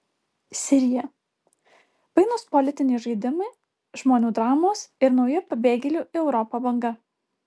sirija painūs politiniai žaidimai žmonių dramos ir nauja pabėgėlių į europą banga